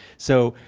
so